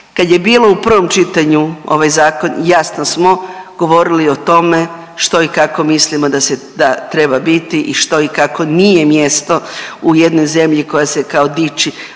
Kad je bilo u provom čitanju ovaj zakon jasno smo govorili o tome što i kako mislimo da treba biti i što i kako nije mjesto u jednoj zemlji koja se kao diči